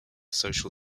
social